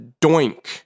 Doink